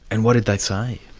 and what did they say?